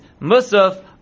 Musaf